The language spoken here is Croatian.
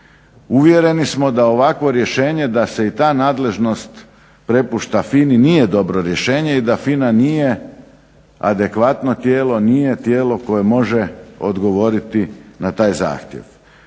Uvjereni smo da ovakvo rješenje da se i ta nadležnost prepušta FINA-i nije dobro rješenje i da FINA nije adekvatno tijelo, nije tijelo koje može odgovoriti na taj zahtjev.